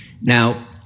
Now